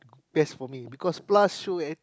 best for me because plus show and